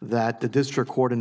that the district court in